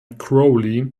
crowley